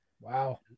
Wow